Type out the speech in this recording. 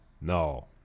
No